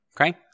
Okay